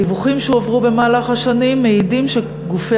הדיווחים שהועברו במהלך השנים מעידים שגופי